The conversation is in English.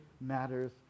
matters